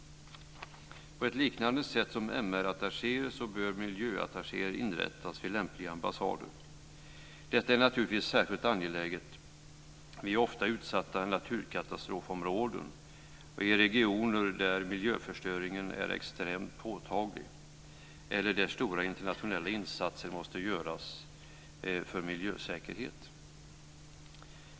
På ett liknande sätt som MR-attachéer bör miljöattachéer inrättas vid lämpliga ambassader. Detta är naturligtvis särskilt angeläget vid ofta utsatta naturkatastrofområden, i regioner där miljöförstöringen är extremt påtaglig eller där stora internationella insatser måste göras för miljösäkerhet.